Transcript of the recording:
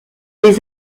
les